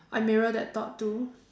I mirror that thought too